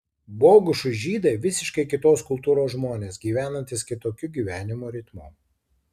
bogušui žydai visiškai kitos kultūros žmonės gyvenantys kitokiu gyvenimo ritmu